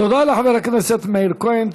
תודה לחבר הכנסת מאיר כהן.